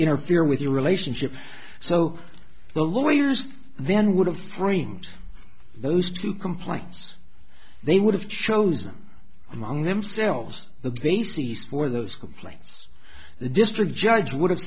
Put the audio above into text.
interfere with your relationship so the lawyers then would have framed those two complaints they would have chosen among themselves the basis for those complaints the district judge would have